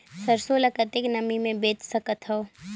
सरसो ल कतेक नमी मे बेच सकथव?